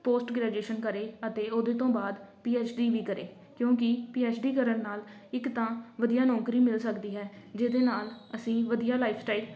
post graduation ਕਰੇ ਅਤੇ ਉਹਦੇ ਤੋਂ ਬਾਅਦ ਪੀ ਐੱਚ ਡੀ ਵੀ ਕਰੇ ਕਿਉਂਕਿ ਪੀ ਐੱਚ ਡੀ ਕਰਨ ਨਾਲ ਇੱਕ ਤਾਂ ਵਧੀਆ ਨੌਕਰੀ ਮਿਲ ਸਕਦੀ ਹੈ ਜਿਹਦੇ ਨਾਲ ਅਸੀਂ ਵਧੀਆ ਲਾਈਫ ਸਟਾਈਲ